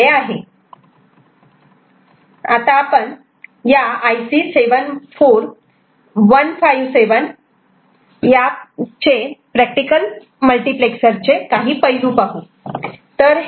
आता आपण या IC 74157 प्रॅक्टिकल मल्टिप्लेक्सर चे काही पैलू पाहू